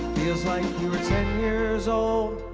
feels like you were ten years old